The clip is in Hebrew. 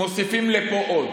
מוסיפים לפה עוד.